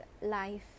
life